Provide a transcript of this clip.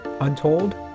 Untold